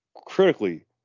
critically